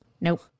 Nope